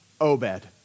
Obed